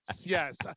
yes